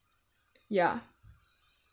ya